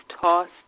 Tossed